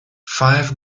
five